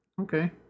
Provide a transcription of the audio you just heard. okay